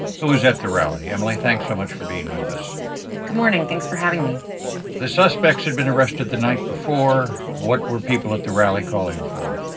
who was at the rally. emily, thanks so much for being with us good morning. thanks for having me the suspects had been arrested the night before. what were people at the rally calling for?